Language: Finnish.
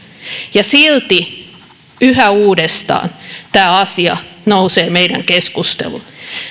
ja silti yhä uudestaan tämä asia nousee meidän keskusteluun